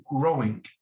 growing